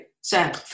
Sam